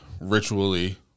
ritually